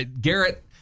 Garrett